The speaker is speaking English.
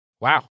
Wow